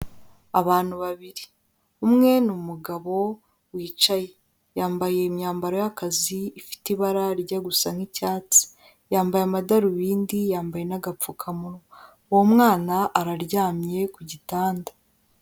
Abantu babiri umwe ni umugabo wicaye, yambaye imyambaro y'akazi ifite ibara rijya gusa n'icyatsi, yambaye amadarubindi yambaye n'agapfukamunwa, uwo mwana araryamye ku gitanda.